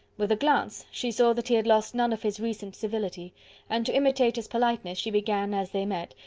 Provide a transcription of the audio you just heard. with a glance, she saw that he had lost none of his recent civility and, to imitate his politeness, she began, as they met,